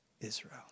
Israel